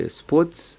sports